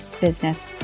business